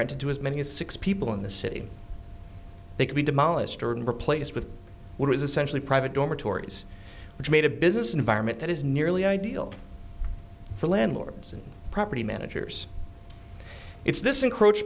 to as many as six people in the city they could be demolished and replaced with what is essentially private dormitories which made a business environment that is nearly ideal for landlords and property managers it's this enc